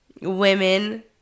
women